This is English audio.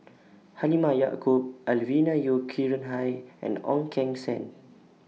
Halimah Yacob Alvin Yeo Khirn Hai and Ong Keng Sen